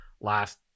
last